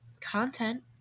content